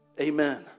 Amen